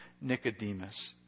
Nicodemus